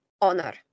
honor